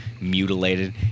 mutilated